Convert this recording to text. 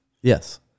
Yes